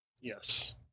Yes